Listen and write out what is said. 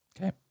okay